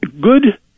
good